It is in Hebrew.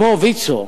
כמו ויצו,